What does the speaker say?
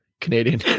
canadian